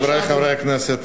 חברי חברי הכנסת,